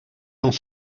dans